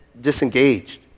disengaged